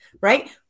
Right